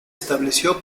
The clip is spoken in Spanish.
estableció